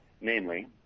namely